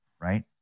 right